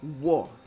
war